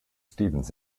stephens